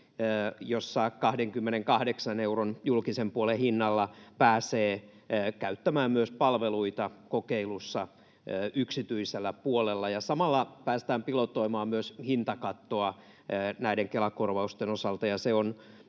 jossa 28 euron julkisen puolen hinnalla pääsee käyttämään palveluita kokeilussa myös yksityisellä puolella. Samalla päästään pilotoimaan myös hintakattoa näiden Kela-korvausten osalta